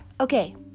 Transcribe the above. Okay